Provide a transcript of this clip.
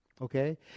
Okay